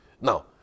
Now